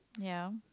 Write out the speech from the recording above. ya